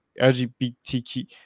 LGBTQ